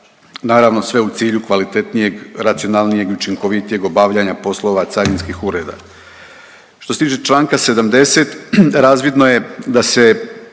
naravno sve u cilju kvalitetnijeg, racionalnijeg, učinkovitijeg obavljanja poslova carinskih ureda. Što se tiče čl. 70. razvidno je da se